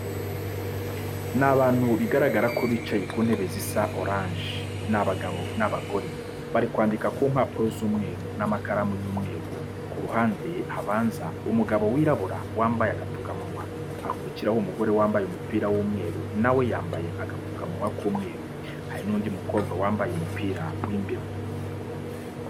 Ni abantu bigaragara ko bicaye ku ntebe zisa oranje. Ni qbagabo n'abgore bari kwandika ku mpapuro z'umweru n'amakaramu y'umweru. Ku ruhande habanza umugabo wirabura wambaye agapfukamunywa, hakurikiraho umugore wambaye umupira w'umweru na we yambaye agapfukamunwa k'umweru, hari n'undi mukobwa wambaye umupira w'imbeho.